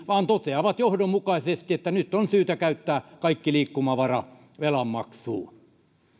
vaan toteavat johdonmukaisesti että nyt on syytä käyttää kaikki liikkumavara velanmaksuun